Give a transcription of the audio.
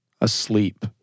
asleep